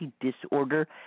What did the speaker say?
disorder